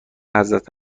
حضرت